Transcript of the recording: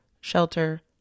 shelter